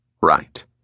Right